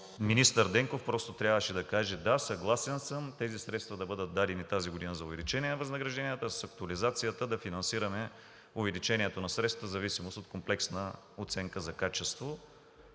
Министър Денков просто трябваше да каже: да, съгласен съм тези средства да бъдат дадени тази година за увеличение на възнагражденията, а с актуализацията да финансираме увеличението на средствата в зависимост от комплексна оценка за качество